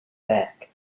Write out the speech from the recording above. beck